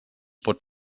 pot